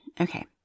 okay